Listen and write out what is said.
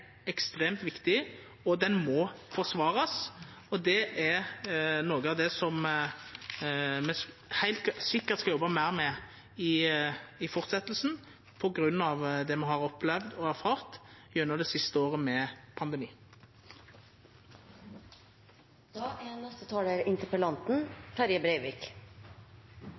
ekstremt viktig og må forsvarast, og det er noko av det som me heilt sikkert skal jobba meir med framover på grunn av det me har opplevd og erfart gjennom det siste året med